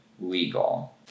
legal